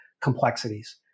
complexities